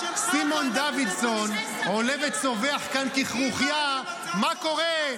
סימון דוידסון עולה וצווח כאן ככרוכיה: מה קורה?